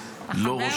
אני לא ראש